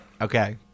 Okay